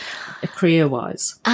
career-wise